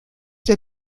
der